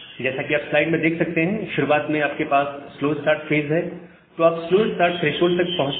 जैसा कि आप स्लाइड में देख सकते हैं शुरुआत में आपके पास स्लो स्टार्ट फेज है तो आप स्लो स्टार्ट थ्रेशोल्ड तक पहुंचते हैं